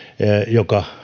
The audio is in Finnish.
joka